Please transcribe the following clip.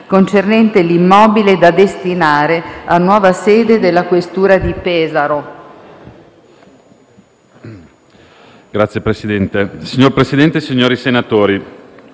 finestra") sull'immobile da destinare a nuova sede della questura di Pesaro.